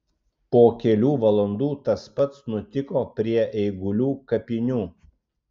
po kelių valandų tas pats nutiko prie eigulių kapinių